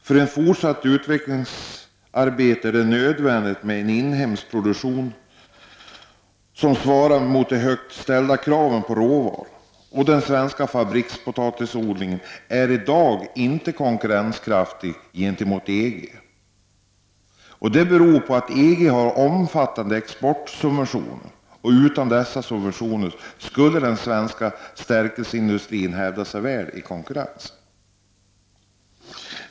För ett fortsatt utvecklingsarbete är det nödvändigt att ha en inhemsk fabrikspotatisproduktion som motsvarar de högt ställda kraven på råvaran. Den svenska fabrikspotatisodlingen är i dag inte konkurrenskraftig gentemot EG:s. Detta beror på att EG har omfattande exportsubventioner. Utan dessa subventioner skulle den svenska stärkelseindustrin hävda sig väl i konkurrensen.